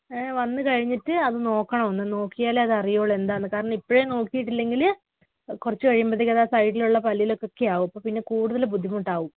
ഏ വന്നുകഴിഞ്ഞിട്ട് അത് നോക്കണമൊന്ന് നോക്കിയാലേ അത് അറിയുകയുള്ളൂ എന്താണെന്ന് കാരണം ഇപ്പോഴേ നോക്കിയിട്ടില്ലെങ്കില് കുറച്ച് കഴിയുമ്പോഴത്തേക്ക് അത് ആ സൈഡിലുള്ള പല്ലിലേക്കൊക്കെയാകും അപ്പോള്പ്പിന്നെ കൂടുതല് ബുദ്ധിമുട്ടാകും